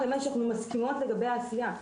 אנחנו מסכימות לגבי העשייה,